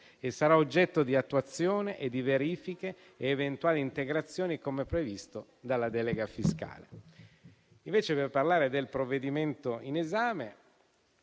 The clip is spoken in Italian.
e sarà oggetto di attuazione, di verifiche e eventuali integrazioni, come previsto dalla delega fiscale. Invece, per parlare del provvedimento in esame,